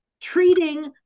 treating